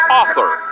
author